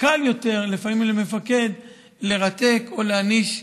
קל יותר לפעמים למפקד לרתק או להעניש,